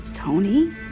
Tony